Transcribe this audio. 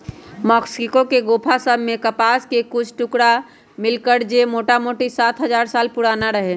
Mexico के गोफा सभ में कपास के कुछ टुकरा मिललइ र जे मोटामोटी सात हजार साल पुरान रहै